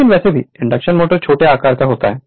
लेकिन वैसे भी इंडक्शन मोटर छोटे आकार का होता है